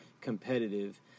competitive